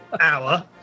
hour